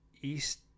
east